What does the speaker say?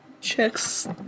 checks